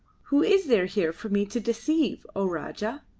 who is there here for me to deceive, o rajah?